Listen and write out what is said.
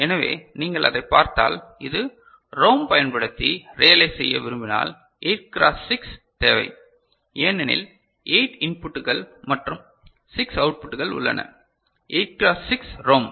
எனவே நீங்கள் அதைப் பார்த்தால் ஒரு ரோம் பயன்படுத்தி ரியலைஸ் செய்ய விரும்பினால் 8 கிராஸ் 6 தேவை ஏனெனில் 8 இன்புட்கள் மற்றும் 6 அவுட்புட்கள் உள்ளன 8 கிராஸ் 6 ரோம்